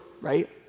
right